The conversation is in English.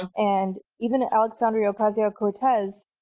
and and even alexandria ocasio cortez,